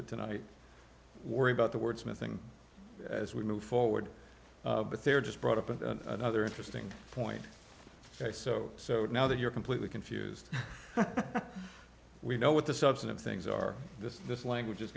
it tonight worry about the word smithing as we move forward but they're just brought up in another interesting point so so now that you're completely confused we know what the substantive things are this this language